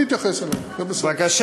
אני אתייחס אליו, זה בסדר.